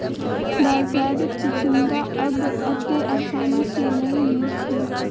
बाजारत चिचिण्डा अब अत्ते आसानी स नइ मिल छेक